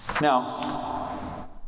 Now